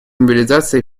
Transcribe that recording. мобилизации